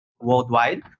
worldwide